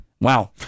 Wow